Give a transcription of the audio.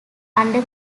under